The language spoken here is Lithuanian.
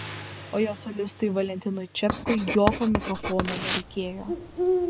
o jo solistui valentinui čepkui jokio mikrofono nereikėjo